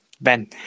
Ben